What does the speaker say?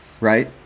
right